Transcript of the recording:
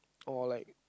or like